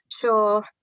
Sure